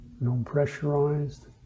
non-pressurized